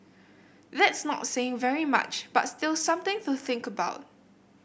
that's not saying very much but still something to think about